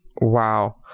Wow